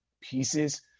pieces